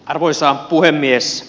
arvoisa puhemies